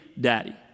daddy